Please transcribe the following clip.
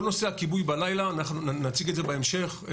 כל נושא הכיבוי בלילה, נציג את זה בהמשך.